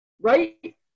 right